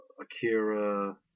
Akira